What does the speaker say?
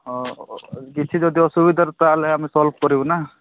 ହଁ ହଉ କିଛି ଯଦି ଅସୁବିଧାର ତାହେଲେ ଆମେ କଲ୍ କରିବୁ ନା